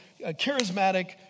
charismatic